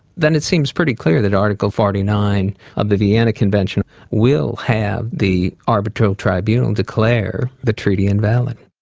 than it seems pretty clear that article forty nine of the vienna convention will have the arbitral tribunal declare the treaty invalid.